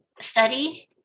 study